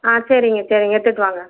ஆ சரிங்க சரிங்க எடுத்துகிட்டு வாங்க